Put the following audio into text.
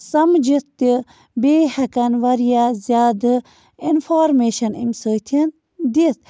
سمجِتھ تہِ بیٚیہِ ہٮ۪کن واریاہ زیادٕ اِنفارمیشَن اَمہِ سۭتۍ دِتھ